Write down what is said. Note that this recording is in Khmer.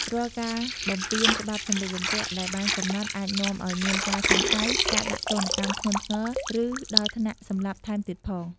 រាល់ការបំពានច្បាប់សម្លៀកបំពាក់ដែលបានកំណត់អាចនាំឱ្យមានការសង្ស័យ ការដាក់ទណ្ឌកម្មធ្ងន់ធ្ងរ ឬដល់ថ្នាក់សម្លាប់ថែមទៀតផង។